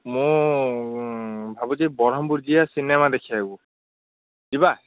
ମୁଁ ଭାବୁଛି ବ୍ରହ୍ମପୁର ଯିବା ସିନେମା ଦେଖିବାକୁ ଯିବା